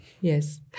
Yes